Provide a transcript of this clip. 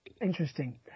Interesting